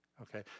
Okay